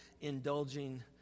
indulging